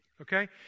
okay